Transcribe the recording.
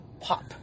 pop